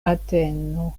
ateno